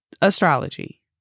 astrology